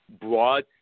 broad